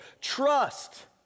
trust